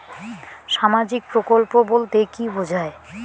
সামাজিক প্রকল্প বলতে কি বোঝায়?